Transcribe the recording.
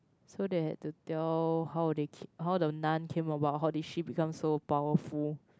so they had to tell how they ke~ how the nun came about how did she become so powerful